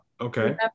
Okay